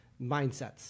mindsets